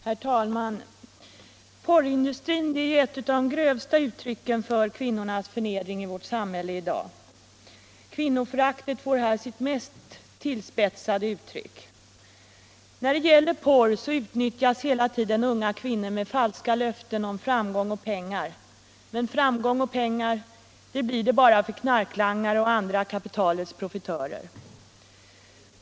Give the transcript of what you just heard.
Herr talman! Porrindustrin är ett av de grövsta uttrycken för kvinnornas förnedring i vårt samhälle i dag. Kvinnoföraktet får här sitt mest tillspetsade uttryck. När det gäller porr utnyttjas hela tiden unga kvinnor med falska löften om framgång och pengar, men framgång och pengar blir det bara för knarklangare och andra kapitalets profitörer.